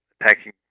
attacking